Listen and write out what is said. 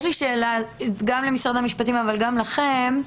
יש לי שאלה גם למשרד המשפטים אבל גם לכם.